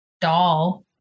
doll